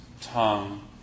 tongue